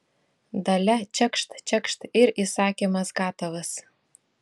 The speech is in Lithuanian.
dalia čekšt čekšt ir įsakymas gatavas